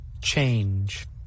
Change